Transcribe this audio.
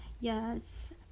Yes